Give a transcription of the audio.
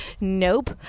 Nope